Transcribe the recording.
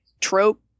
trope